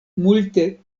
multe